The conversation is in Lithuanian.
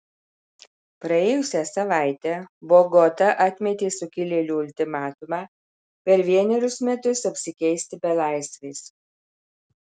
praėjusią savaitę bogota atmetė sukilėlių ultimatumą per vienerius metus apsikeisti belaisviais